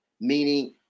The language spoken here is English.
meaning